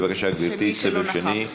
בבקשה, גברתי, סיבוב שני.